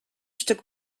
stück